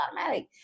automatic